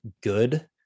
good